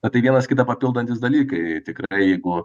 na tai vienas kitą papildantys dalykai tikrai jeigu